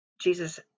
Jesus